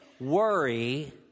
worry